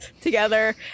together